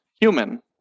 human